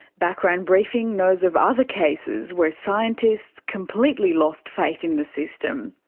background briefing knows of other cases where scientists completely lost faith in the system.